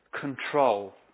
control